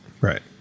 Right